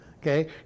okay